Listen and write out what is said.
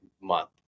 month